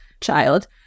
child